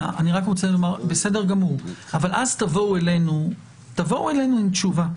בסדר גמור, אבל תבואו אלינו עם תשובה.